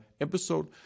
episode